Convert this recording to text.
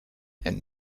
and